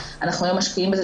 אנחנו היום משקיעים בזה,